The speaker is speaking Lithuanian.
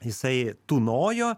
jisai tūnojo